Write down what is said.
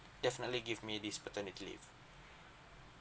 definitely give me this paternity leave